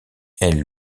elle